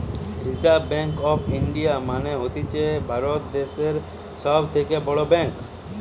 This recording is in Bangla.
রিসার্ভ ব্যাঙ্ক অফ ইন্ডিয়া মানে হতিছে ভারত দ্যাশের সব থেকে বড় ব্যাঙ্ক